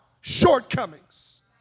shortcomings